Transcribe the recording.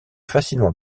facilement